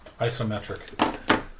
Isometric